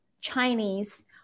Chinese